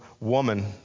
Woman